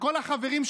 וכל החברים,